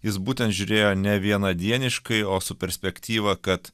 jis būtent žiūrėjo ne vienadieniškai o su perspektyva kad